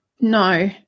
No